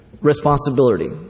responsibility